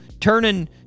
turning